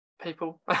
people